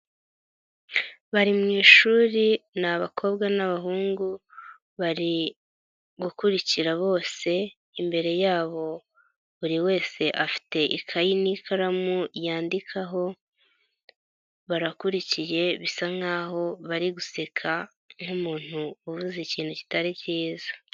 Bari mu ishuri ni abakobwa n'abahungu bari gukurikira bose imbere yabo buri wese afite ikayi n'ikaramu yandikaho, barakurikiye bisa nkaho bari guseka nk'umuntu uvuze ikintu kitari kiza.